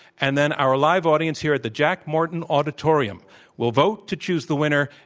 and then our live audience here at the jack morton auditorium will vote to choose the winner,